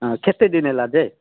ହଁ କେତେ ଦିନ ହେଲା ଯେ